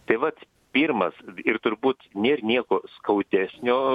tai vat pirmas ir turbūt nėr nieko skaudesnio